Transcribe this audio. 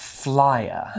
flyer